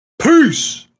Peace